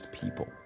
people